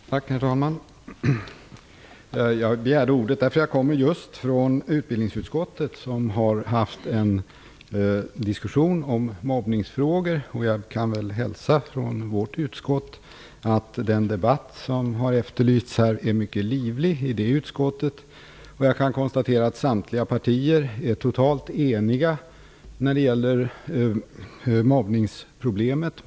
Herr talman! Jag begärde ordet eftersom jag just kommer från utbildningsutskottet där vi har haft en diskussion om mobbningsfrågor. Jag kan hälsa att den debatt som har efterlysts här är mycket livlig i det utskottet. Jag kan konstatera att samtliga partier är totalt eniga när det gäller mobbningsproblemet.